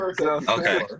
Okay